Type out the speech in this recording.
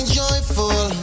joyful